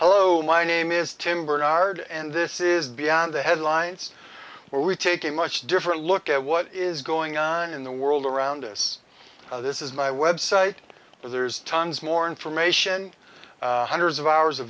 hello my name is tim bernard and this is the beyond the headlines where we take a much different look at what is going on in the world around us this is my website there's tons more information hundreds of hours of